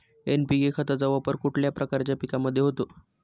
NPK खताचा वापर कुठल्या प्रकारच्या पिकांमध्ये होतो?